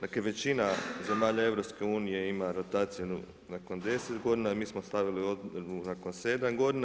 Dakle većina zemalja EU ima rotaciju nakon deset godina, mi smo stavili … nakon sedam godina.